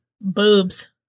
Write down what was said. boobs